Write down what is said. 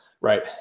right